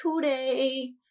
today